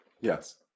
Yes